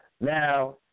Now